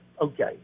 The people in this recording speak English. okay